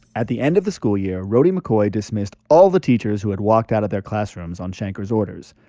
at the end of the school year, rhody mccoy dismissed all the teachers who had walked out of their classrooms on shanker's orders.